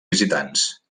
visitants